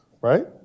right